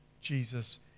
Jesus